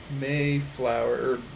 Mayflower